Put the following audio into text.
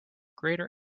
greater